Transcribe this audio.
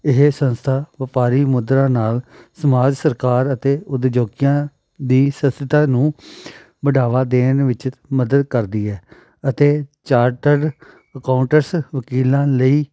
ਇਹ ਸੰਸਥਾ ਵਪਾਰੀ ਮੁਦਰਾ ਨਾਲ ਸਮਾਜ ਸਰਕਾਰ ਅਤੇ ਉਦਯੋਗੀਆਂ ਦੀ ਸੰਸਥਾ ਨੂੰ ਬਡਾਵਾ ਦੇਣ ਵਿੱਚ ਮਦਦ ਕਰਦੀ ਹੈ ਅਤੇ ਚਾਰਟਰ ਅਕਾਊਟਸ ਵਕੀਲਾਂ ਲਈ